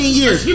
years